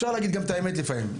אפשר להגיד גם את האמת לפעמים.